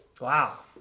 wow